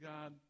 God